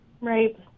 Right